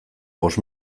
bost